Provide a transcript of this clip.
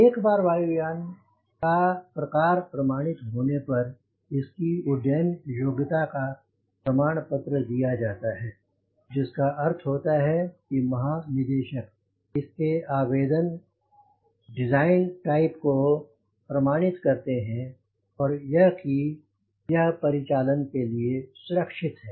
एक बार वायु यान का प्रकार प्रमाणित होने पर इसकी उड्डयन योग्यता का प्रमाण पत्र दिया जाता है जिसका अर्थ होता है कि महानिदेशक इसके आवेदन है डिजाइन टाइप को प्रमाणित करते हैं और यह की यह परिचालन के लिए सुरक्षित है